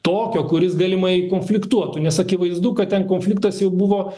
tokio kuris galimai konfliktuotų nes akivaizdu kad ten konfliktas jau buvo